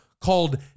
called